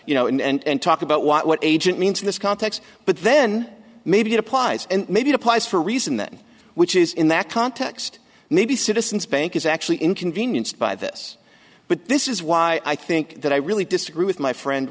you know and talk about what agent means in this context but then maybe it applies and maybe applies for a reason that which is in that context maybe citizens bank is actually inconvenienced by this but this is why i think that i really disagree with my friend